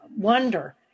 wonder